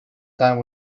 time